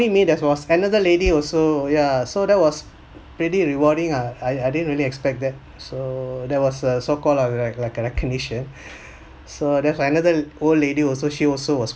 me that won another lady also ya so that was really rewarding ah I I didn't really expect that so that was a so called lah like like a recognition so there's another old lady also she also was